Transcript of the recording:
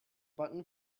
button